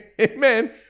Amen